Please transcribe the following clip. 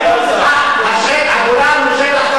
בהצהרה פומבית של ראש, זה שטח ריבוני שלנו.